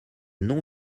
non